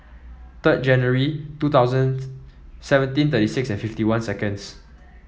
third January two thousand seventeen thirty six and fifty one seconds